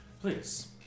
Please